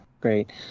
Great